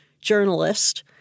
journalist